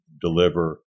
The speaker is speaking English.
deliver